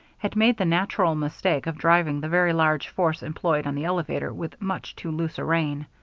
had made the natural mistake of driving the very large force employed on the elevator with much too loose a rein.